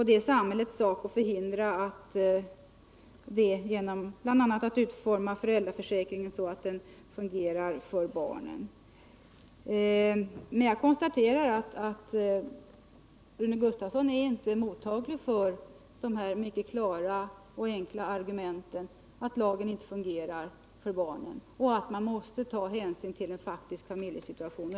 Det är samhällets sak att förhindra detta, bl.a. genom att utforma föräldraförsäkringen så att den fungerar för barnen. Jag konstaterar att Rune Gustavsson inte är mottaglig för de här mycket klara och enkla argumenten för att lagen inte fungerar för barnen och att man måste ta hänsyn till en faktisk familjesituation.